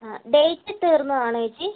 ആ ഡേറ്റ് തീർന്നതാണോ ചേച്ചി